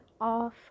off